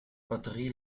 batterie